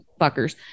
fuckers